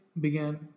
began